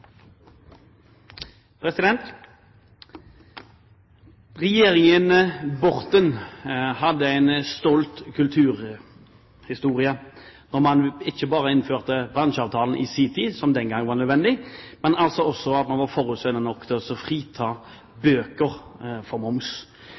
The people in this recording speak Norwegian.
Regjeringen Borten har en stolt kulturhistorie når man ikke bare innførte bransjeavtalen, som var nødvendig, men også var forutseende nok til å frita